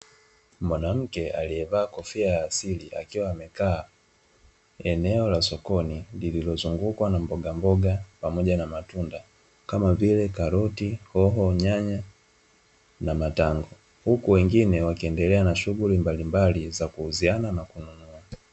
Mwanamke aliyevaa kofia ya asili, akiwa amekaa eneo la sokoni lililozungukwa na mbogamboga pamoja na matunda, kama vile: karoti, hoho, nyanya na matango, huku wengine wakiendelea na shughuli mbalimbali za kuuziana na kununua.